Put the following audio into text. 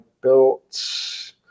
built